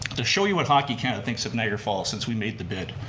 to show you what hockey canada thinks of niagara falls since we made the bid,